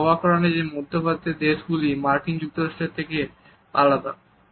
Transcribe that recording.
এটা অবাক কর নয় যে মধ্যপ্রাচ্যের দেশ গুলি মার্কিন যুক্তরাষ্ট্রের থেকে আলাদা